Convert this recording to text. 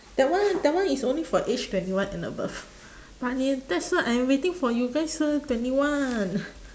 that one that one is only for age twenty one and above that's why I waiting for you guys turn twenty one